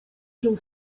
się